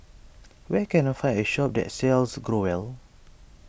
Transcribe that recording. where can I find a shop that sells Growell